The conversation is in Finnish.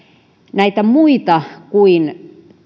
näitä muita kuin